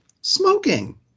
Smoking